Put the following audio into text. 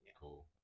cool